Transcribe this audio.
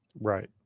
Right